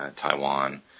Taiwan